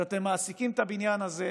שאתם מעסיקים בה את הבניין הזה,